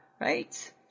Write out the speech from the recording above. right